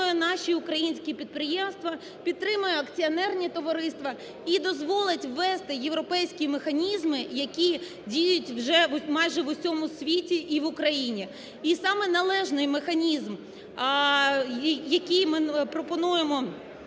підтримає наші українські підприємства, підтримає акціонерні товариства і дозволить ввести європейські механізми, які діють вже майже в усьому світі і в Україні. І саме належний механізм, який ми пропонуємо…